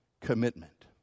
commitment